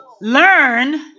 learn